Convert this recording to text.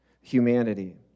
humanity